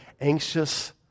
anxious